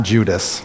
Judas